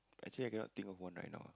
actually I cannot think of one right now